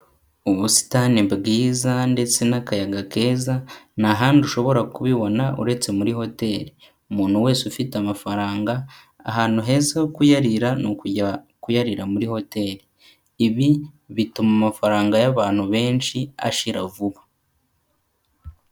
Ubusitani bwiza ndetse n'akayaga keza nta handi ushobora kubibona uretse muri hoteri, umuntu wese ufite amafaranga ahantu heza ho kuyarira ni ukujya kuyarira muri hoteri. Ibi bituma amafaranga y'abantu benshi ashira vuba.